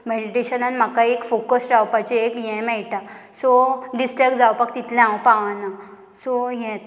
मॅडिटेशनान म्हाका एक फोकस रावपाचें एक हें मेळटा सो डिस्ट्रेक्ट जावपाक तितलें हांव पावना सो हेंच